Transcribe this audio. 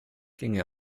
ginge